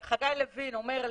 חגי לוין אומר לי: